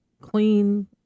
clean